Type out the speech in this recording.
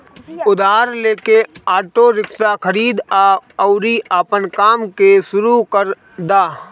उधार लेके auto rickshaw खरीद लअ अउरी आपन काम के शुरू कर दअ